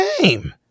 name